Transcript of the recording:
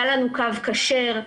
היה לנו קו כשר.